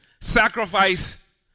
sacrifice